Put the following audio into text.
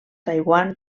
taiwan